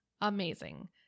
amazing